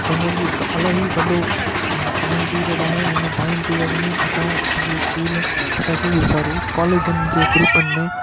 generally इलाही वॾो time period आहे उन टाइम पीरियड में असां सॼे स्कूल असां सॼे सॉरी कॉलेजनि जे ग्रूपनि में